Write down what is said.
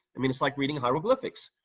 i mean it's like reading hieroglyphics.